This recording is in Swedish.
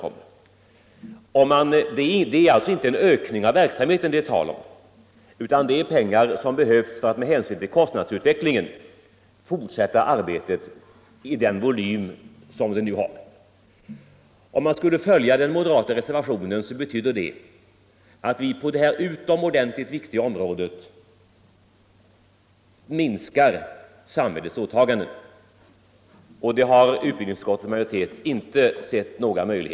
Det är inte alls tal om någon ökning av verksamheten, utan här gäller det pengar som behövs för att med hänsyn till kostnadsutvecklingen kunna fortsätta arbetet med den volym som det nu har. Om riksdagen följde den moderata reservationen skulle det betyda att vi på detta utomordentligt viktiga område minskade samhällets åtaganden, och det har utbildningsutskottets majoritet inte velat vara med om.